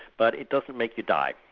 but it doesn't make you die.